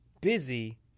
busy